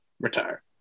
retire